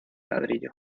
ladrillo